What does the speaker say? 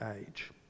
age